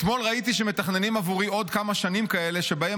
אתמול ראיתי שמתכננים עבורי עוד כמה שנים כאלה שבהן